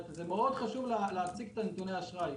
חשוב מאוד להציג את נתוני האשראי